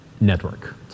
network